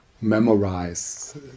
memorize